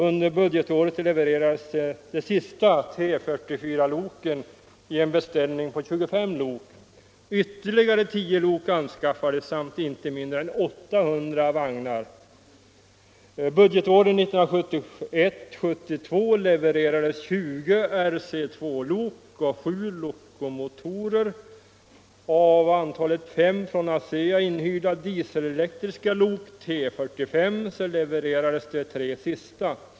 Under budgetåret levererades de sista T44-loken i en beställning på 25 lok. Ytterligare 10 lok anskaffades samt inte mindre än 800 vagnar. Budgetåret 1971/72 levererades 20 Rc2-lok och 7 lokomotorer och av totalt 5 från ASEA inhyrda dieselelektriska lok T45 levererades de tre sista.